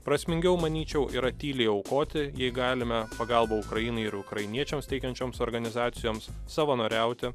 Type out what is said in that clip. prasmingiau manyčiau yra tyliai aukoti jei galime pagalbą ukrainai ir ukrainiečiams teikiančioms organizacijoms savanoriauti